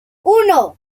uno